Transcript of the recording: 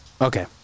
Okay